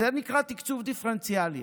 זה נקרא תקצוב דיפרנציאלי.